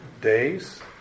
days